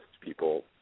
people